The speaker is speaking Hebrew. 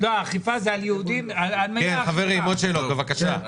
חברים, עוד שאלות, בבקשה.